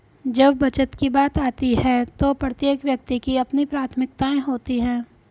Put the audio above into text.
जब बचत की बात आती है तो प्रत्येक व्यक्ति की अपनी प्राथमिकताएं होती हैं